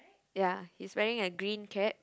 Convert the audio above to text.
ya he's wearing a green cap